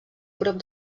prop